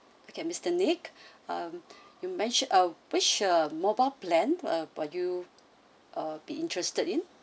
okay mister nick um you mentioned uh which uh mobile plan uh were you uh be interested in